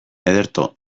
ederto